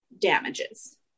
damages